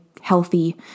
healthy